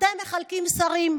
אתם מחלקים שרים.